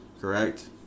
correct